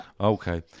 Okay